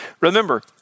Remember